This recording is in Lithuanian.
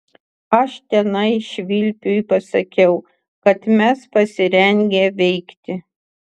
aš tenai švilpiui pasakiau kad mes pasirengę veikti